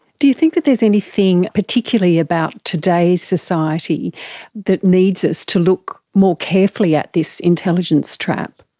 do you think that there's anything particularly about today's society that needs us to look more carefully at this intelligence trap?